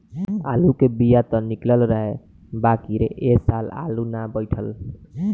आलू के बिया त निकलल रहे बाकिर ए साल आलू ना बइठल